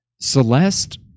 Celeste